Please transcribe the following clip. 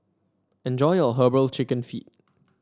enjoy your herbal chicken feet